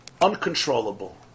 uncontrollable